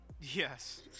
Yes